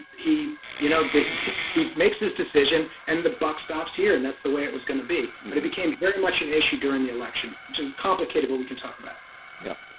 he you know he makes his decision and the buck stops here and that's the way it was going to be but it became very much an issue during the election which is complicated what we can talk about yeah,